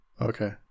Okay